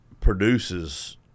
produces